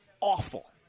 awful